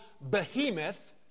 behemoth